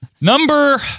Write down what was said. Number